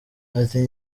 ati